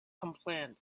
complained